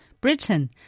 Britain